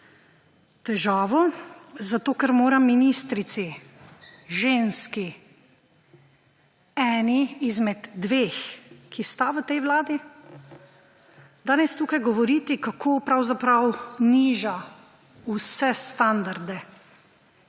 Težavo zato, ker moram ministrici, ženski, eni izmed dveh, ki sta v tej vladi, danes tukaj govoriti, kako pravzaprav niža vse standarde,